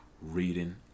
Reading